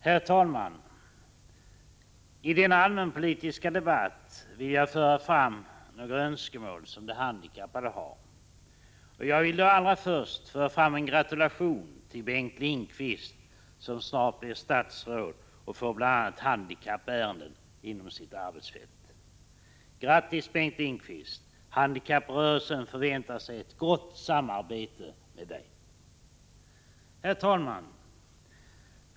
Herr talman! I denna allmänpolitiska debatt vill jag föra fram några önskemål som de handikappade har. Jag vill då allra först föra fram en gratulation till Bengt Lindqvist, som snart blir statsråd och får bl.a. handikappärenden inom sitt arbetsfält. Grattis, Bengt Lindqvist! Handikapprörelsen förväntar sig ett gott samarbete med dig. Herr talman!